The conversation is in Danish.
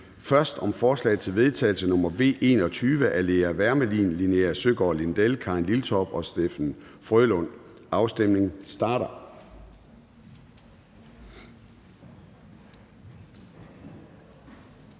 først om forslag til vedtagelse nr. V 21 af Lea Wermelin (S), Linea Søgaard-Lidell (V), Karin Liltorp (M) og Steffen W. Frølund (LA). Og afstemningen starter.